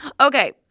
Okay